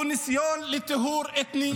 הוא ניסיון לטיהור אתני.